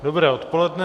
Dobré odpoledne.